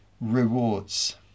rewards